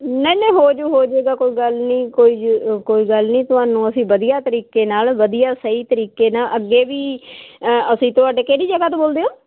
ਨਹੀਂ ਨਹੀਂ ਹੋ ਜੂ ਹੋ ਜਾਊਗਾ ਕੋਈ ਗੱਲ ਨਹੀਂ ਕੋਈ ਗੱਲ ਨਹੀਂ ਤੁਹਾਨੂੰ ਅਸੀਂ ਵਧੀਆ ਤਰੀਕੇ ਨਾਲ ਵਧੀਆ ਸਹੀ ਤਰੀਕੇ ਨਾਲ ਅੱਗੇ ਵੀ ਅਸੀਂ ਤੁਹਾਡੇ ਕਿਹੜੀ ਜਗ੍ਹਾ ਤੋਂ ਬੋਲਦੇ ਹੋ